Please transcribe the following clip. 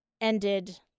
ended